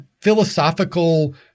philosophical